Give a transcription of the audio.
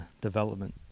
development